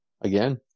again